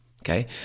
Okay